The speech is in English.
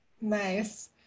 Nice